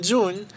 June